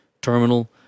terminal